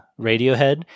Radiohead